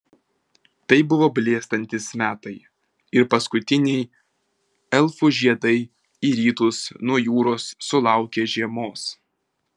tai buvo blėstantys metai ir paskutiniai elfų žiedai į rytus nuo jūros sulaukė žiemos